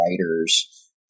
writers